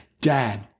Dad